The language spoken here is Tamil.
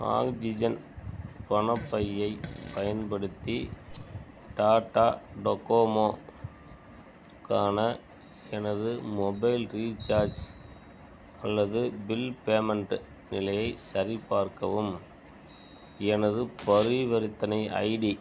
ஆக்ஜிஜன் பணப்பையைப் பயன்படுத்தி டாடா டோகோமோ கான எனது மொபைல் ரீசார்ஜ் அல்லது பில் பேமெண்ட்டு நிலையைச் சரிபார்க்கவும் எனது பரிவர்த்தனை ஐடி